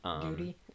Duty